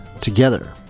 together